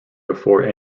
before